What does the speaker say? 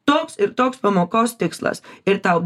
toks ir toks pamokos tikslas ir tau